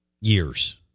years